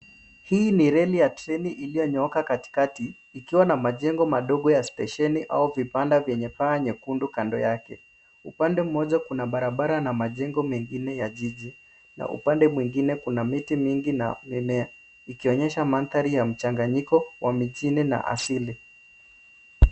Hii ni reli ya treni iliyonyooka katikati, ikiwa na majengo madogo ya stesheni au vibanda vyenye paa nyekundu kando yake. Upande mmoja kuna barabara na majengo mengine ya jiji, na upande mwingine kuna miti mingi na mimea, ikionyesha mandhari ya mchanganyiko wa mijini na asili.